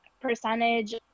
percentage